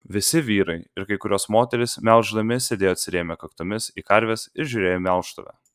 visi vyrai ir kai kurios moterys melždami sėdėjo atsirėmę kaktomis į karves ir žiūrėjo į melžtuvę